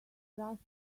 rush